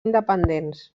independents